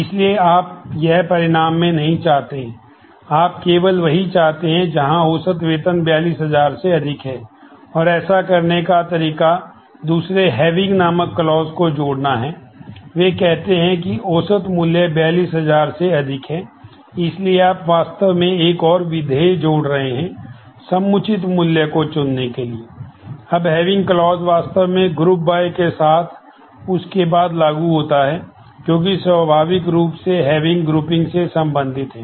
इसलिए आप यह परिणाम में नहीं चाहते हैं आप केवल वही चाहते हैं जहां औसत वेतन 42000 से अधिक है और ऐसा करने का तरीका दूसरे हैविंग से संबंधित है